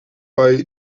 bei